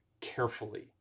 carefully